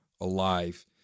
alive